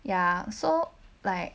ya so like